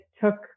took